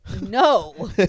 no